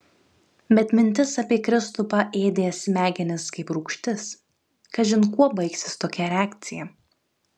bet mintis apie kristupą ėdė smegenis kaip rūgštis kažin kuo baigsis tokia reakcija